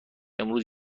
امروز